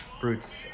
fruits